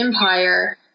empire